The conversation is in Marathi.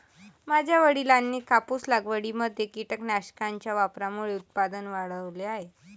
माझ्या वडिलांनी कापूस लागवडीमध्ये कीटकनाशकांच्या वापरामुळे उत्पादन वाढवले आहे